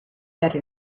better